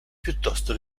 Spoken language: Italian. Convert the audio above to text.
piuttosto